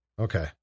Okay